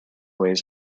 ways